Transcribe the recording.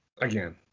again